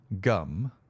gum